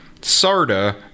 Sarda